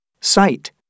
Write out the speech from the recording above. Sight